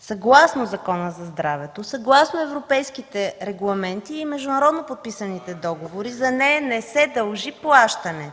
съгласно Закона за здравето, съгласно европейските регламенти и международно подписаните договори, не се дължи плащане.